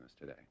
today